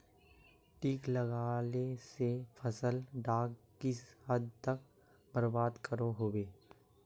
किट लगाले से फसल डाक किस हद तक बर्बाद करो होबे?